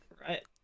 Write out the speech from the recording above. right